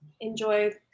Enjoy